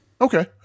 Okay